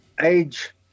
age